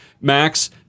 Max